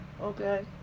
Okay